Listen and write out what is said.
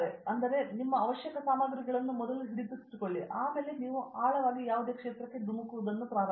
ಆದ್ದರಿಂದ ಮೊದಲು ನಿಮ್ಮ ಅವಶ್ಯಕ ಸಾಮಗ್ರಿಗಳನ್ನು ಹಿಡಿದುಕೊಳ್ಳಿ ಮತ್ತು ನಂತರ ನೀವು ಆಳವಾಗಿ ಧುಮುಕುವುದನ್ನು ಪ್ರಾರಂಭಿಸಿ